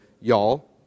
y'all